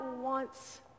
wants